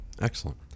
excellent